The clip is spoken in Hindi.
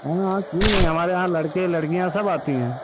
हाँ हाँ क्यों नहीं हमारे यहाँ लड़के लड़कियाँ सब आती हैं